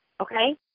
Okay